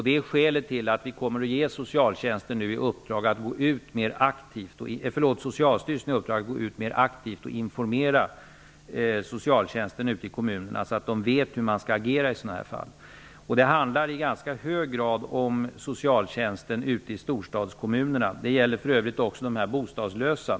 Det är skälet till att vi kommer att ge Socialstyrelsen i uppdrag att gå ut mer aktivt och informera socialtjänsten ute i kommunerna så att de vet hur man skall agera i sådana här fall. Det handlar i ganska hög grad om socialtjänsten ute i storstadskommunerna. Det gäller för övrigt också de bostadslösa.